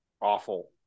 Awful